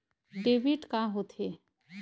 Debit का होथे?